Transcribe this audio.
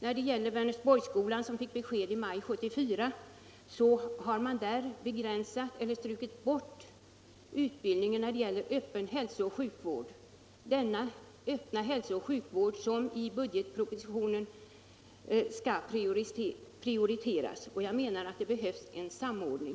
När det gäller Vänersborgsskolan, som fick besked i maj 1974, har man från SÖ strukit utbildningen i öppen hälsooch sjukvård. Det är denna utbildning för den öppna hälsooch sjukvården som enligt budgetpropositionen skall prioriteras. Jag menar att det behövs en samordning.